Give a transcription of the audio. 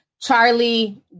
Charlie